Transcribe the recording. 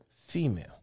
female